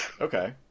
Okay